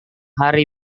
hari